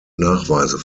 nachweise